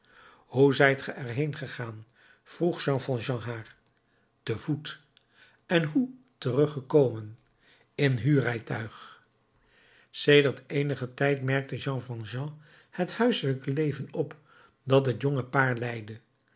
hoe zijt ge er heen gegaan vroeg jean valjean haar te voet en hoe teruggekomen in huurrijtuig sedert eenigen tijd merkte jean valjean het huiselijke leven op dat het jonge paar leidde